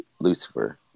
Lucifer